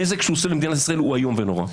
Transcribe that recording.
הנזק שהוא עושה למדינת ישראל הוא איום ונורא.